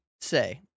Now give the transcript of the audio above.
say